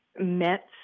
met